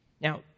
Now